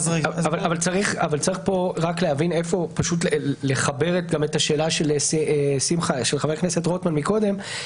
אבל צריך פה רק להבין איפה לחבר את השאלה של חבר הכנסת רוטמן מקודם,